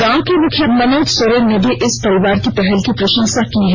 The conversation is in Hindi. गांव के मुखिया मनोज सोरेन ने भी इस परिवार की पहल की प्रशंसा की है